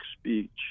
speech